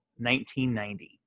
1990